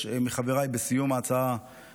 שבו חברות מעלות מחירים בצורה קשה ובאטימות,